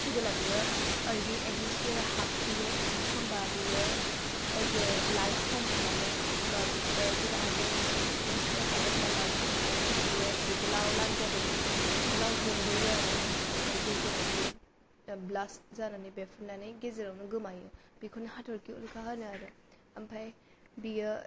जेब्ला बियो आर्थनि एटम्सफेयाराव हाबफैयो होम्बा बेयो एज ए लाइट फर्म खालामो होम्बा जेला आर्थ एटम्सफेयाराव हाबो होम्बा लाइट फर्म खालामोना बेयो ओरै गोलाव लान्जाय बायदि गोलाव जोंबोयो आरो आर्थआव ओमफाय गेजेराव बियो ब्लास्ट जानानै बेरफ्रुनानै गेजेरावनो गोमायो बेखौनो हाथरखि उल्खा होनो आरो ओमफाय बियो